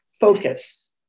focus